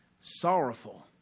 sorrowful